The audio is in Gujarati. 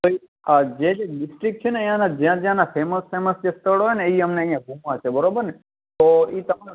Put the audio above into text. આ જે જે ડિસ્ટ્રિક્ટ છે ને અંહિયાના જ્યાં જ્યાંના ફેમસ ફેમસ જે સ્થળ હોય ને એ અમને અંહિયા ઘુમવા છે બરોબર ને તો ઈ તમા